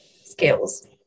skills